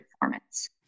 performance